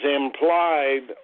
implied